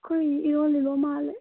ꯑꯩꯈꯣꯏꯒꯤꯗꯤ ꯏꯔꯣꯜꯂꯤꯕ ꯃꯥꯜꯂꯦ